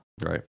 Right